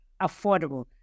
affordable